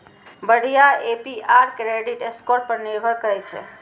बढ़िया APR credit score पर निर्भर करै छै